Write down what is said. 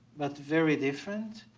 but very different.